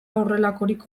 horrelakorik